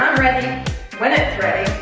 ready when it's ready.